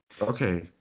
Okay